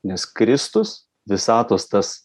nes kristus visatos tas